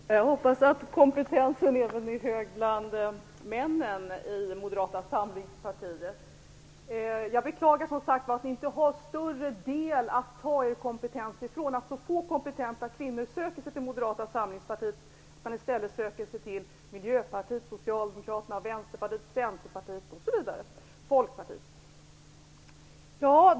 Herr talman! Jag hoppas att kompetensen är hög även bland männen i Moderata samlingspartiet. Jag beklagar att ni inte har en större andel att ta er kompetens ifrån och att så få kompetenta kvinnor söker sig till Moderata samlingspartiet utan i stället väljer Miljöpartiet, Socialdemokraterna, Vänsterpartiet, Centerpartiet, Folkpartiet osv.